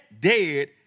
dead